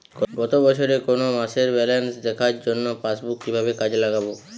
গত বছরের কোনো মাসের ব্যালেন্স দেখার জন্য পাসবুক কীভাবে কাজে লাগাব?